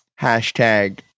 Hashtag